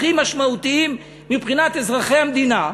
הכי משמעותיים מבחינת אזרחי המדינה,